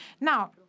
Now—